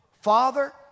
father